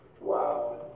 wow